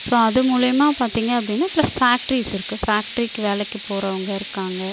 so அது மூலியமாக பார்த்திங்க அப்படின்னா ப்ளஸ் ஃபேக்ட்ரிஸ் இருக்கு ஃபேக்ட்ரிக்கு வேலைக்கு போகறவங்க இருக்காங்க